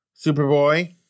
Superboy